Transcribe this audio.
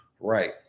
right